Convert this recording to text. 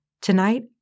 tonight